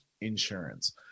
insurance